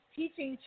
teaching